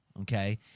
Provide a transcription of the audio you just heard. Okay